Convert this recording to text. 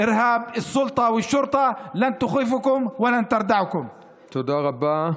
הטרור של הרשויות והמשטרה לא יפחיד אתכם ולא ירתיע אתכם.) תודה רבה.